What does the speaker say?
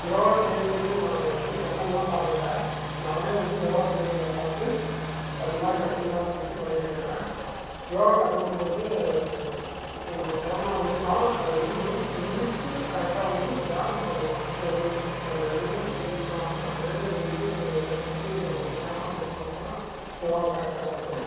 யோகா செய்கிறதுக்கு நாங்கள் எதுவும் சேனலெலாம் பார்க்கல நானே வந்து யோகா செய்கிறவங்கள பார்த்து அது மாதிரி கற்றுக்கலாம்னு சொல்லிட்டு பண்ணியிருக்குறேன் யோகா கற்றுக்கும் போது கொஞ்சம் சிரமம் இருக்கும் அதை வந்து மூச்சு இழுத்து கரெக்ட்டாக வந்து தியானம் பண்ணணும் எதுவுமே நம்ம எதுவுமே சிந்திக்காமல் அப்படியே இருந்து எதை பற்றியும் நினைக்காம அப்படியே பண்ணினோம்னா யோகா கரெக்ட்டாக வருது